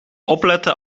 opletten